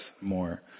more